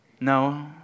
No